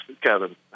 Kevin